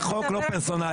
זה חוק לא פרסונלי.